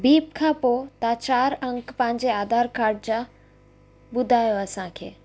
beep खां पोइ चारि अंग तव्हां पंहिंजे आधार कार्ड जा ॿुधायो असांखे